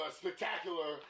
spectacular